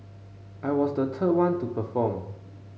I was the third one to perform